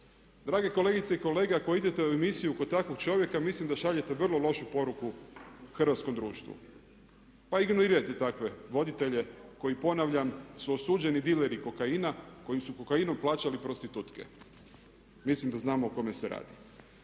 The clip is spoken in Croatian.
Drage kolegice i kolege, ako idete u emisiju kod takvog čovjeka mislim da šaljete vrlo lošu poruku hrvatskom društvu, pa ignorirajte takve voditelje koji ponavljam su osuđeni dileri kokaina koji su kokainom plaćali prostitutke. Mislim da znamo o kome se radi.